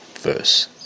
Verse